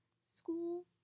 school